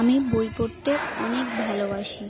আমি বই পড়তে অনেক ভালোবাসি